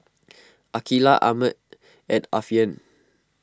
Aqeelah Ahmad and Alfian